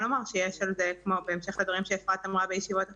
לומר שבהמשך לדברים שאפרת אמרה בישיבות הקודמות,